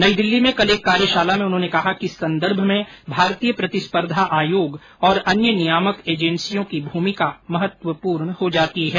नई दिल्ली में कल एक कार्यशाला में उन्होंने कहा कि इस संदर्भ में भारतीय प्रतिस्पर्धा आयोग और अन्य नियामक एजेंसियों की भूमिका महत्वपूर्ण हो जाती है